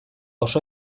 oso